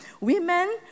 Women